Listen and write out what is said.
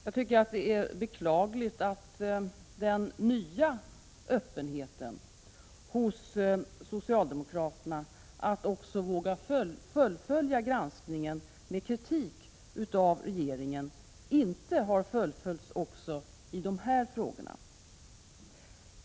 Jag tycker det är beklagligt att den nya öppenheten hos socialdemokraterna att också våga fullfölja granskningen med kritik av regeringen inte har fullföljts också i de här frågorna.